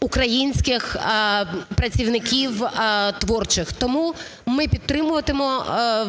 українських працівників творчих. Тому ми підтримуватимемо